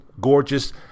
gorgeous